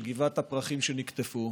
גבעת הפרחים שנקטפו,